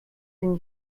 den